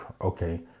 okay